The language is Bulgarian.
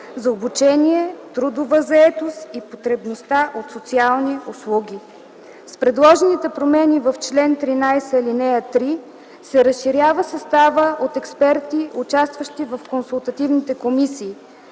за обучение, трудова заетост и потребността от социални услуги. С предложените промени в чл. 13, ал. 3 се разширява съставът от експерти, участващи в консултативните комисии.